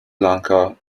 lanka